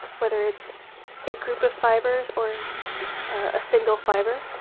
whether it's a group of fibers or a single fiber,